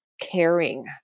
caring